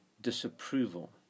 disapproval